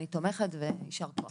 אני תומכת, יישר כוח.